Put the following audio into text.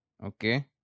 Okay